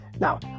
Now